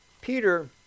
Peter